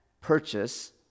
purchase